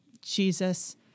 Jesus